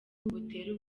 butera